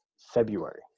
February